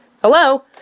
Hello